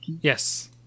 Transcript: yes